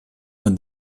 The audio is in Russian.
над